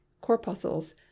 corpuscles